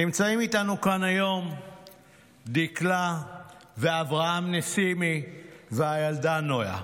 נמצאים איתנו כאן היום דיקלה ואברהם נסימי והילדה נויה,